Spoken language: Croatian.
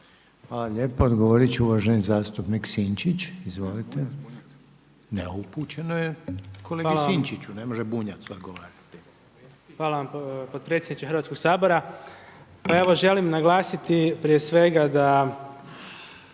Hvala lijepa. Odgovorit će uvaženi zastupnik Sinčić, izvolite. **Sinčić, Ivan Vilibor (Živi zid)** Hvala vam potpredsjedniče Hrvatskog sabora. Pa evo želim naglasiti prije svega da